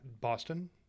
Boston